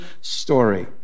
story